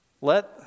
let